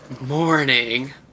morning